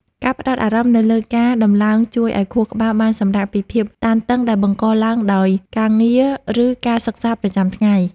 ការផ្ដោតអារម្មណ៍ទៅលើការដំឡើងជួយឱ្យខួរក្បាលបានសម្រាកពីភាពតានតឹងដែលបង្កឡើងដោយការងារ ឬការសិក្សាប្រចាំថ្ងៃ។